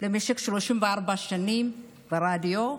במשך 34 שנים ברדיו,